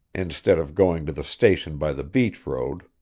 instead of going to the station by the beach road.